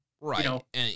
Right